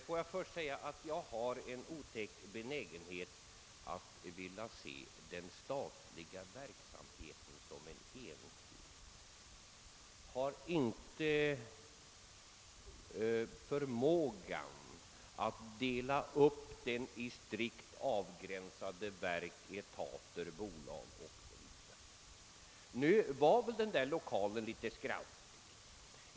Låt mig först säga att jag har en otäck benägenhet att vilja se den statliga verksamheten som en enhet — jag har inte förmågan att dela upp den i strikt avgränsade verk, bolag o. s. v. Nu var väl den lokal det här gäller litet skraltig.